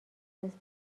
دست